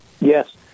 Yes